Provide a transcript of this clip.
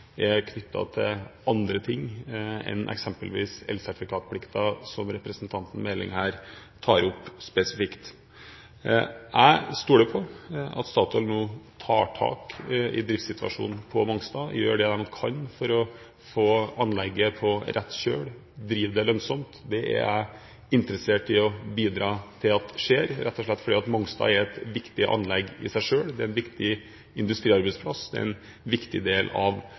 til andre ting enn eksempelvis elsertifikatplikten, som representanten Meling her tar opp spesifikt. Jeg stoler på at Statoil tar tak i driftssituasjonen på Mongstad og gjør det de kan for å få anlegget på rett kjøl, driver det lønnsomt. Det er jeg interessert i å bidra til at skjer, rett og slett fordi Mongstad er et viktig anlegg i seg selv. Det er en viktig industriarbeidsplass, det er en viktig del av